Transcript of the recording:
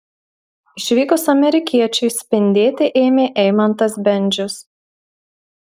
išvykus amerikiečiui spindėti ėmė eimantas bendžius